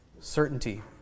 certainty